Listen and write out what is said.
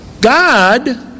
God